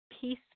Peace